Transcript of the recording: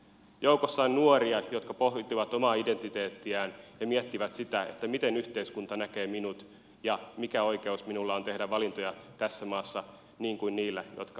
joukossa on nuoria jotka pohtivat omaa identiteettiään ja miettivät sitä että miten yhteiskunta näkee minut ja mikä oikeus minulla on tehdä valintoja tässä maassa niin kuin niillä jotka ovat heteroita